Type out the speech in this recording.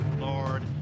lord